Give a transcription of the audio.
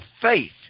faith